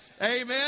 Amen